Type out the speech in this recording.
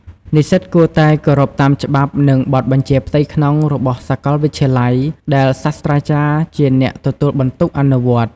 និស្សិតគួរតែ គោរពតាមច្បាប់ និងបទបញ្ជាផ្ទៃក្នុង របស់សាកលវិទ្យាល័យ ដែលសាស្រ្តាចារ្យជាអ្នកទទួលបន្ទុកអនុវត្ត។